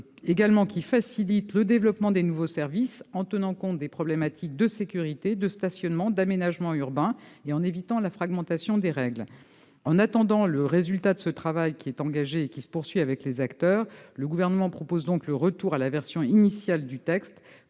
et qui facilite le développement de nouveaux services, tout en tenant compte des problématiques de sécurité, de stationnement et d'aménagement urbain, et en évitant la fragmentation des règles. En attendant le résultat de ce travail, qui est engagé et qui se poursuit avec les différents acteurs, le Gouvernement propose, au travers de cet amendement,